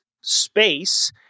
space